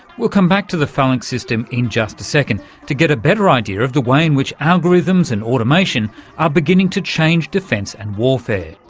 we'll come back to the phalanx system in in just a second to get a better idea of the way in which algorithms and automation are beginning to change defence and warfare.